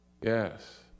Yes